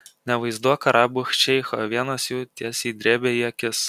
nevaizduok arabų šeicho vienas jų tiesiai drėbė į akis